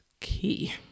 key